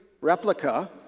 replica